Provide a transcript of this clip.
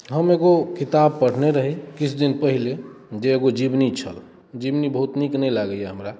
हम एगो किताब पढ़ने रही किछु दिन पहिले जे एगो जिबनी छल जिबनी बहुत नीक नहि लागैया हमरा